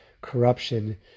corruption